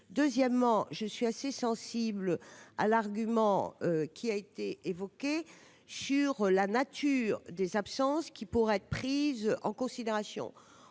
deuxièmement, je suis assez sensible à l'argument qui a été évoqué sur la nature des absences qui pourraient être prises en considération,